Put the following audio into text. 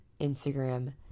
Instagram